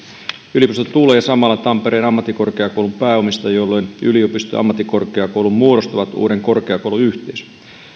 yliopistosta tulee samalla tampereen ammattikorkeakoulun pääomistaja jolloin yliopisto ja ammattikorkeakoulu muodostavat uuden korkeakouluyhteisön